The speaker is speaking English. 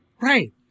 Right